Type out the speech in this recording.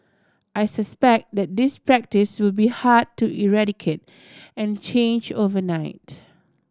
I suspect that this practice will be hard to eradicate and change overnight